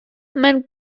mewn